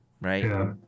right